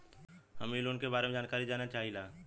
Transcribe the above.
हम इ लोन के बारे मे जानकारी जाने चाहीला?